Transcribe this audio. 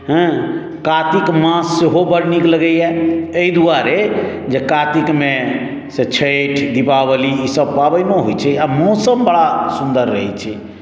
हँ कातिक मास सेहो बड्ड नीक लगैए अइ दुआरे जे कातिकमे से छैठ दीपावली ई सब पाबैनो होइ छै आओर मौसम बड़ा सुन्दर रहै छै